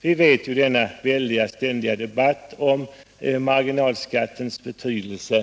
Vi känner väl till den ständiga debatten om marginalskattens betydelse.